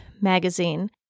magazine